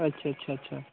अच्छा अच्छा अच्छा